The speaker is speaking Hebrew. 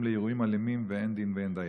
לאירועים אלימים ואין דין ואין דיין.